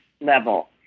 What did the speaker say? level